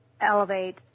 elevate